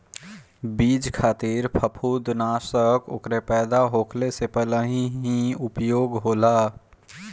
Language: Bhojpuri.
बीज खातिर फंफूदनाशक ओकरे पैदा होखले से पहिले ही उपयोग होला